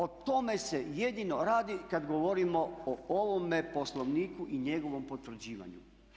O tome se jedino radi kada govorimo o ovome poslovniku i njegovom potvrđivanju.